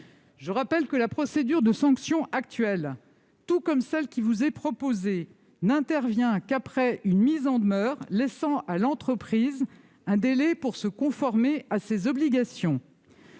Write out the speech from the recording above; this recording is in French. Je rappelle que la procédure de sanction actuelle, tout comme celle qui vous est proposée, n'intervient qu'après une mise en demeure, ce qui laisse à l'entreprise un délai pour se conformer à ses obligations.